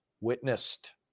witnessed